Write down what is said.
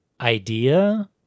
idea